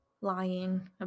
lying